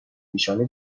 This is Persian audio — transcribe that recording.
پیشانی